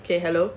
hello